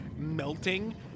melting